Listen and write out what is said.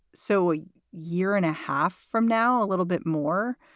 so a year and a half from now, a little bit more.